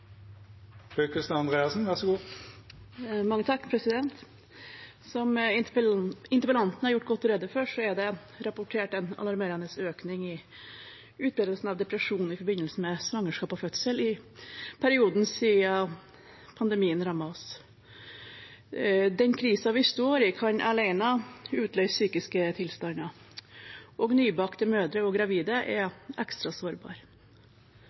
det rapportert en alarmerende økning i utbredelsen av depresjon i forbindelse med svangerskap og fødsel i perioden siden pandemien rammet oss. Den krisen vi står i, kan alene utløse psykiske tilstander, og nybakte mødre og gravide er ekstra